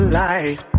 light